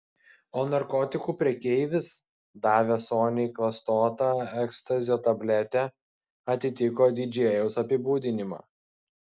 o narkotikų prekeivis davęs soniai klastotą ekstazio tabletę atitiko didžėjaus apibūdinimą